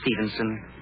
Stevenson